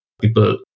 people